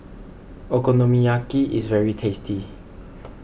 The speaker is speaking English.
Okonomiyaki is very tasty